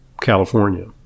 California